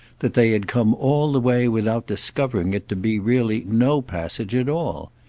that they had come all the way without discovering it to be really no passage at all.